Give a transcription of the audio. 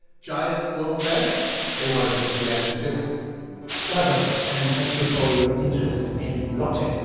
giant global banks they wanted a piece of the action, too welcome, and thank you for your interest in blockchain.